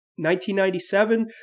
1997